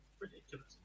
Ridiculous